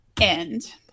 end